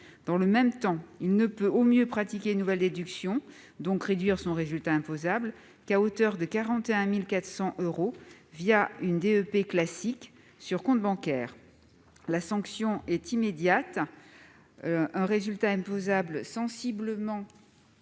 Dans le même temps, il ne peut, au mieux, pratiquer une nouvelle déduction, donc réduire son résultat imposable, qu'à hauteur de 41 400 euros, une DEP classique, sur compte bancaire. La sanction est immédiate : un résultat imposable sensiblement